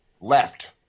Left